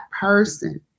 person